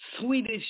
Swedish